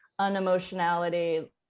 unemotionality